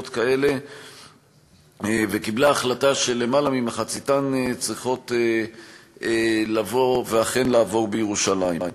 כאלה והחליטה שיותר ממחציתן צריכות לעבור לירושלים.